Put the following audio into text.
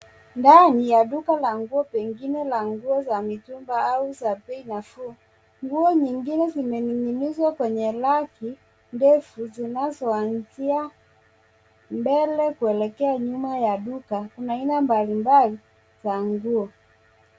Ndani ya duka la nguo pengine la mitumba au za bei nafuu. Nguo nyingine zimening'inizwa kwenye raki ndefu zinazoanzia mbele kuelekea nyuma ya duka. Kuna aina mbalimbali za nguo.